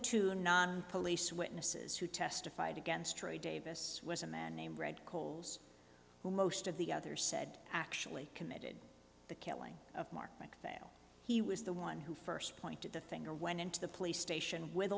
two non police witnesses who testified against troy davis was a man named red coals who most of the others said actually committed the killing of mark macphail he was the one who first pointed the finger went into the police station with